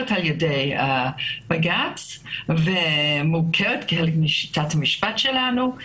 על ידי בג"ץ ומוכרת בשיטת המשפט שלנו.